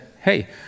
hey